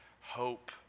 hope